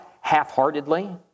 half-heartedly